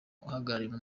uhagarika